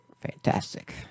fantastic